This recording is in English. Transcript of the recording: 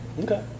okay